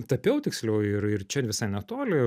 tapiau tiksliau ir ir čia ir visai netoli